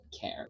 care